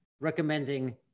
recommending